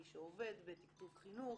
מי שעובד בתקצוב חינוך,